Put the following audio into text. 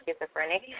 schizophrenic